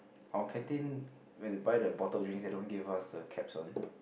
our canteen when they buy the bottled drinks they don't give us the caps one